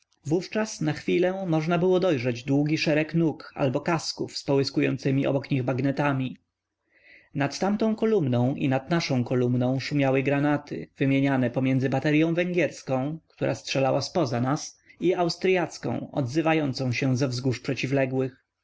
wówczas na chwilę można było widzieć długi szereg nóg albo kasków z połyskującemi obok nich bagnetami nad tamtą kolumną i nad naszą kolumną szumiały granaty wymieniane pomiędzy bateryą węgierską która strzelała zpoza nas i austryacką odzywającą się ze wzgórz przeciwległych